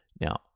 Now